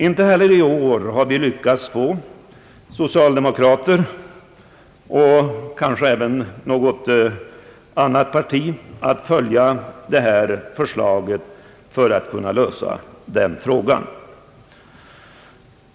Inte heller i år har vi lyckats få socialdemokrater och högermän i utskottet med oss på detta förslag.